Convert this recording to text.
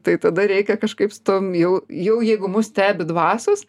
tai tada reikia kažkaip su tom jau jau jeigu mus stebi dvasios